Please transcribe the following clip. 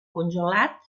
congelat